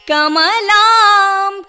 Kamalam